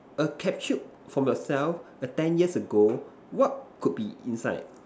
a capsule from yourself err ten years ago what could be inside